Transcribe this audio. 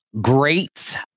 great